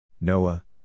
Noah